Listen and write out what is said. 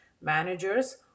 managers